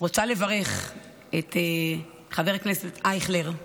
אני רוצה לברך את חבר הכנסת אייכלר.